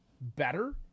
better